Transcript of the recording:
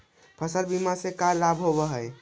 फसल बीमा से का लाभ है?